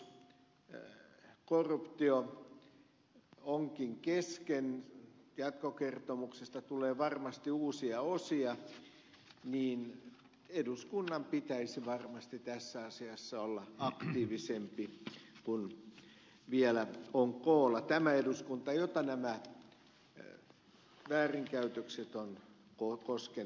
vaikka tämä vaalirahoituskorruptio onkin kesken jatkokertomukseen tulee varmasti uusia osia niin eduskunnan pitäisi varmasti tässä asiassa olla aktiivisempi kun vielä on koolla tämä eduskunta jota nämä väärinkäytökset ovat koskeneet nyt viimeksi